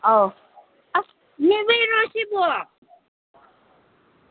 ꯑꯥꯎ ꯑꯁ ꯁꯤꯕꯣ ꯑꯁ